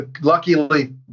luckily